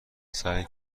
سعی